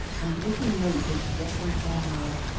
and taking note of what went on there.